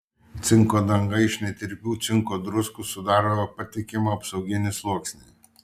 cinko danga iš netirpių cinko druskų sudaro patikimą apsauginį sluoksnį